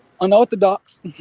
unorthodox